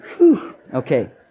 Okay